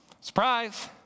Surprise